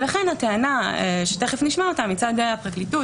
לכן הטענה שתכף נשמע אותה מצד הפרקליטות,